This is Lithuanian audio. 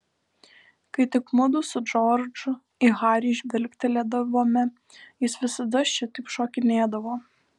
kai tik mudu su džordžu į harį žvilgtelėdavome jis visada šitaip šokinėdavo